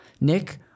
Nick